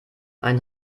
ein